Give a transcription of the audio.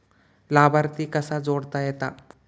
लाभार्थी कसा जोडता येता?